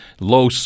low